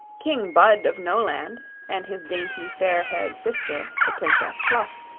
king bud of noland and his dainty fair-haired sister, the princess fluff,